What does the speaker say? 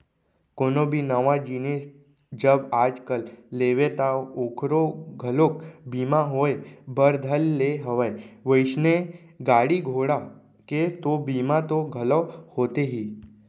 कोनो भी नवा जिनिस जब आज कल लेबे ता ओखरो घलोक बीमा होय बर धर ले हवय वइसने गाड़ी घोड़ा के तो बीमा तो घलौ होथे ही